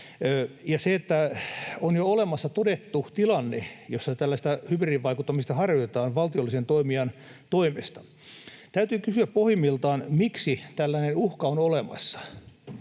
ja sitä, että on jo olemassa todettu tilanne, jossa tällaista hybridivaikuttamista harjoitetaan valtiollisen toimijan toimesta. Täytyy kysyä pohjimmiltaan, miksi tällainen uhka on olemassa.